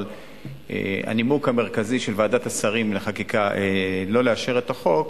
אבל הנימוק המרכזי של ועדת השרים לחקיקה לא לאשר את החוק,